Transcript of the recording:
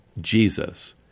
Jesus